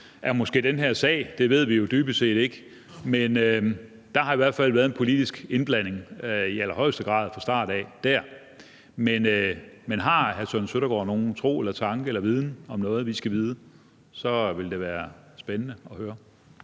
af den her sag – det ved vi jo dybest set ikke. Men der har i hvert fald i allerhøjeste grad været en politisk indblanding fra start af der. Men har hr. Søren Søndergaard nogen tro, tanke eller viden om noget, vi skal vide, vil det være spændende at høre.